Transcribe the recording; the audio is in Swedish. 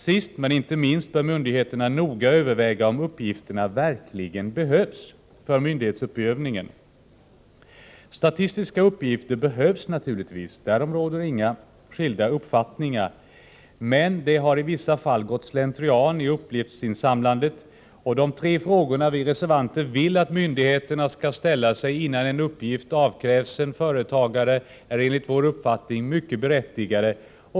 Sist men inte minst bör de noga överväga om uppgifterna verkligen behövs för myndighetsutövningen. Statistiska uppgifter behövs naturligtvis, därom råder inga skilda uppfattningar, men det har i vissa fall gått slentrian i uppgiftsinsamlandet, och de tre frågor vi reservanter vill att myndigheterna skall ställa sig innan en uppgift avkrävs företagaren är enligt vår uppfattning mycket berättigade.